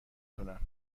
تونم